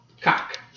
cock